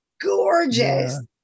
gorgeous